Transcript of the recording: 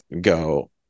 go